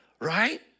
Right